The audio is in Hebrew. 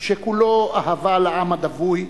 שכולו אהבה לעם הדווי,